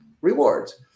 rewards